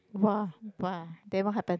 !wah! !wah! then what happened